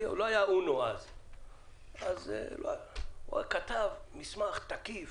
אני מתכתב עם המל"ל כבר שנה,